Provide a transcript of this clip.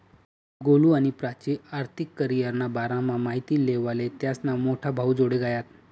गोलु आणि प्राची आर्थिक करीयरना बारामा माहिती लेवाले त्यास्ना मोठा भाऊजोडे गयात